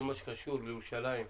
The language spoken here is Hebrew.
כל מה שקשור לירושלים,